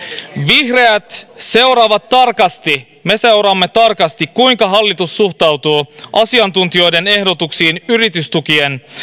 vihreät seuraavat tarkasti me seuraamme tarkasti kuinka hallitus suhtautuu asiantuntijoiden ehdotuksiin yritystukien